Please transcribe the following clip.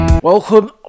Welcome